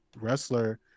wrestler